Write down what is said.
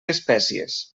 espècies